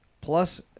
plus